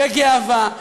בגאווה,